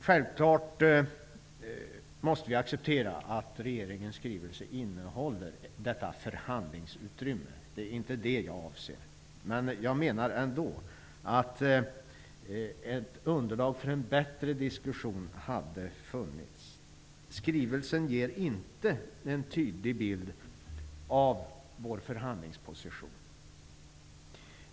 Självfallet måste vi acceptera att regeringens skrivelse innehåller detta förhandlingsutrymme. Det är inte detta jag avser, man jag menar att det hade kunnat finnas ett bättre underlag för en diskussion. Skrivelsen ger inte en tydlig bild av vår förhandlingsposition.